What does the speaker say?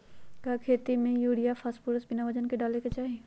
का खेती में यूरिया फास्फोरस बिना वजन के न डाले के चाहि?